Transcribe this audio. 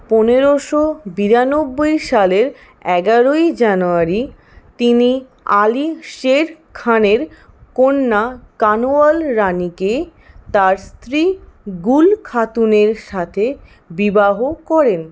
পনেরোশো বিরানব্বই সালের এগারোই জানুয়ারি তিনি আলি শের খানের কন্যা কানওয়াল রানিকে তার স্ত্রী গুল খাতুনের সাথে বিবাহ করেন